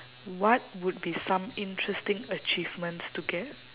what would be some interesting achievements to get